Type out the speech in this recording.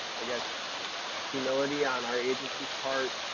i guess humility on our agency's part.